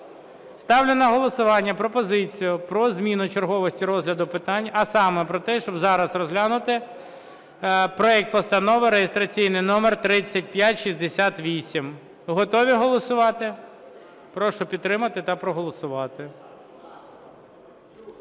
Ставлю на голосування пропозицію про зміну черговості розгляду питань, а саме про те, щоб зараз розглянути проект Постанови (реєстраційний номер 3568). Готові голосувати? Прошу підтримати та проголосувати.